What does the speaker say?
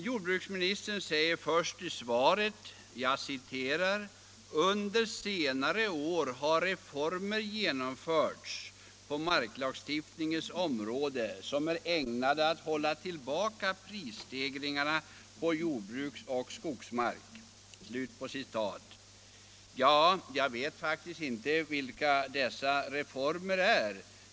Jordbruksministern säger först i svaret: "Under senare år har flera reformer genomförts på marklagstiftningens område som är ägnade att hålla tillbaka prisstegringarna på jordbruksoch skogsmark.” Jag vet inte vilka dessa reformer är.